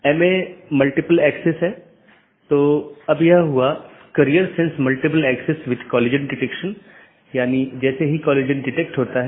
इसलिए एक multihome agent autonomous सिस्टमों के प्रतिबंधित सेट के लिए पारगमन कि तरह काम कर सकता है